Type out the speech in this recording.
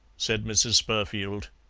said mrs. spurfield.